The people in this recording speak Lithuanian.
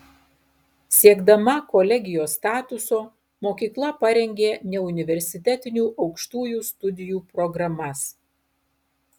siekdama kolegijos statuso mokykla parengė neuniversitetinių aukštųjų studijų programas